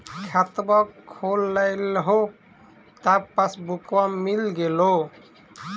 खतवा खोलैलहो तव पसबुकवा मिल गेलो?